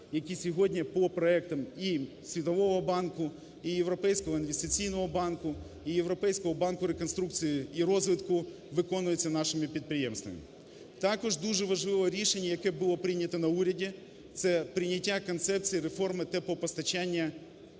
які сьогодні по проектам і Світового банку, і Європейського, і Інвестиційного, і Європейського банку реконструкції і розвитку виконуються нашими підприємствами. Також дуже важливе рішення, яке було прийняте на уряді, - це прийняття концепції реформи теплопостачання